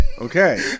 Okay